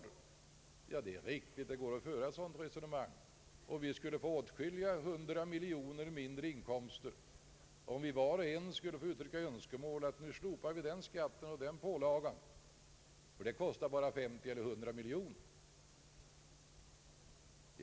Det är klart att det går att föra ett sådant resonemang, men det skulle bli åtskilliga hundratal miljoner kronor mindre inkomster för staten om var och varannan skulle framföra önskemål om att slopa den eller den skatten och pålagan därför att den bara inbringar staten 50 eller 100 miljoner kronor i skatteintäkter.